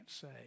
say